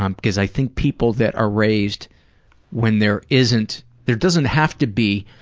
um because i think people that are raised when there isn't there doesn't have to be